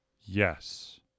yes